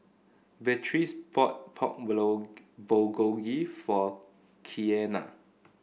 Beatrice bought Pork Bulgogi for Keanna